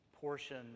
portion